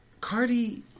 Cardi